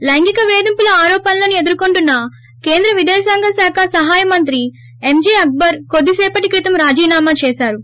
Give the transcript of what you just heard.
ి ప్రెంగిక వేధింపుల ఆరోపణలను ఎదుర్కొంటున్న కేంద్ర విదేశాంగ శాఖ సహాయ మంత్రి ఎంజే అక్పర్ కొద్దిసేపటి క్రితం రాజీనామా చేశారు